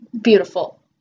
Beautiful